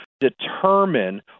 determine